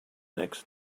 next